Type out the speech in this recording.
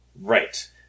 Right